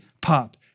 pop